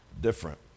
different